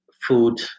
food